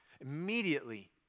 Immediately